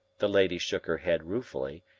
the lady shook her head ruefully,